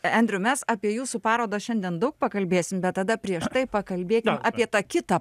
e andrew mes apie jūsų parodą šiandien daug pakalbėsim bet tada prieš tai pakalbėkim apie tą kitą